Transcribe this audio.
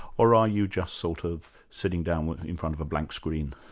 or are you just sort of sitting down in front of a blank screen?